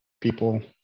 people